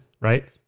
right